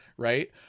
right